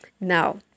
Now